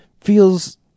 feels